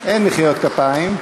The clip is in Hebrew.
אין מחיאות כפיים.